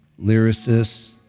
lyricists